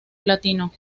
platino